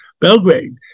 Belgrade